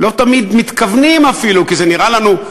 לא תמיד מתכוונים אפילו, כי זה נראה לנו,